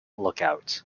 lookout